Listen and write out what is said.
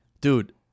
Dude